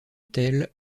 tel